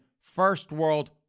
first-world